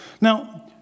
Now